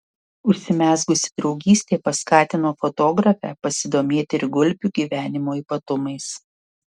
užsimezgusi draugystė paskatino fotografę pasidomėti ir gulbių gyvenimo ypatumais